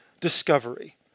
discovery